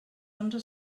onze